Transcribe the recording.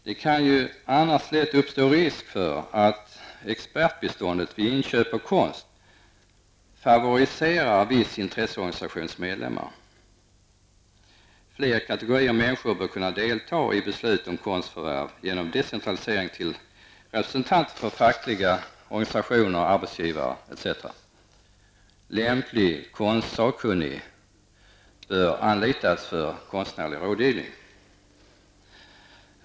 Det kan annars lätt uppstå risk för att expertbiståndet vid inköp av konst favoriserar viss intresseorganisations medlemmar. Fler kategorier människor bör kunna delta i beslut om konstförvärv genom decentralisering till representanter för fackliga organisationer, arbetsgivare etc. Lämplig konstsakkunnig bör anlitas för konstnärlig rådgivning.